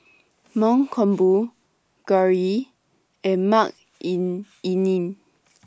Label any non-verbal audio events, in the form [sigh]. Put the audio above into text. [noise] Mankombu Gauri and Makineni